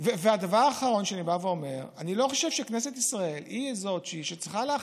הדבר האחרון שאני אומר הוא שאני לא חושב שכנסת ישראל היא שצריכה להחליט,